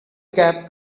cab